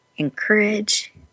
encourage